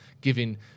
giving